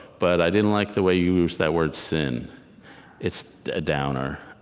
but i didn't like the way you used that word sin it's a downer.